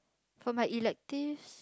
from my elective